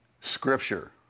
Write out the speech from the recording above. Scripture